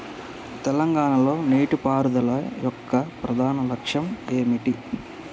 తెలంగాణ లో నీటిపారుదల యొక్క ప్రధాన లక్ష్యం ఏమిటి?